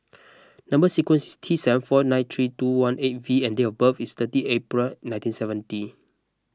Number Sequence is T seven four nine three two one eight V and date of birth is thirty April nineteen seventy